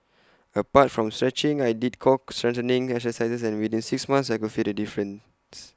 apart from stretching I did core strengthening exercises and within six months I could feel the difference